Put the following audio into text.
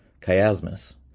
chiasmus